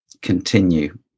continue